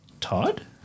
Todd